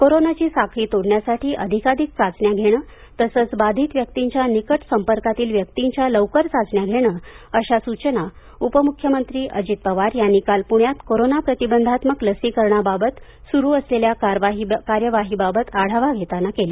कोरोनाची साखळी तोडण्यासाठी अधिकाधिक चाचण्या घेणे तसेच बाधित व्यक्तींच्या निकट संपर्कातील व्यक्तींच्या लवकर चाचण्या घेणे अशा सूचना उपमुख्यमंत्री अजित पवार यांनी काल पुण्यात कोरोना प्रतिबंधात्मक लसीकरणाबाबत सुरू असलेल्या कार्यवाहीबाबत आढावा घेताना केल्या